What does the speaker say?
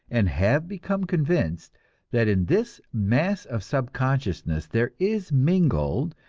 and have become convinced that in this mass of subconsciousness there is mingled,